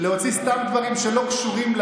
להוציא סתם דברים שלא קשורים,